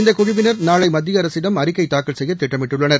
இந்தகுழுவினர் நாளைமத்தியஅரசிடம் அறிக்கைதாக்கல் செய்யதிட்டமிட்டுள்ளனர்